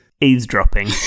eavesdropping